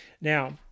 Now